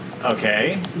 Okay